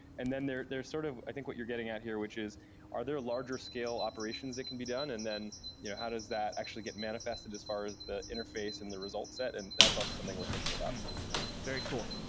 and then there are sort of i think what you're getting at here, which is are there larger scale operations that can be done? and then you know how does that actually get manifested as far as the interface and the result set, and that's also something we're thinking about very cool.